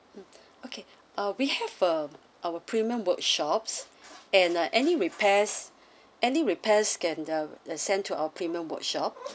mm okay uh we have uh our premium workshops and uh any repairs any repairs scan they'll they'll send to our premium workshop